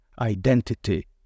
identity